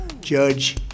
Judge